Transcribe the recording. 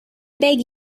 beg